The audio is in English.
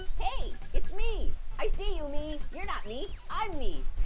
hey, it's me. i see you, me. you're not me. i mean